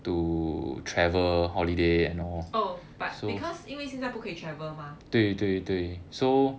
oh but because 因为现在不可以 travel mah